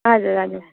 हजुर हजुर